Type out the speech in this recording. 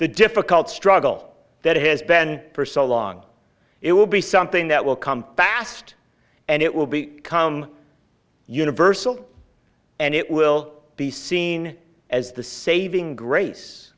the difficult struggle that has been for so long it will be something that will come fast and it will be come universal and it will be seen as the saving grace